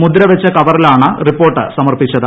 മുദ്രവച്ച കവറിലാണ് റിപ്പോർട്ട് സമർപ്പിച്ചത്